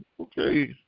Okay